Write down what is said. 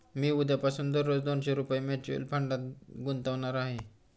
मी उद्यापासून दररोज दोनशे रुपये म्युच्युअल फंडात गुंतवणार आहे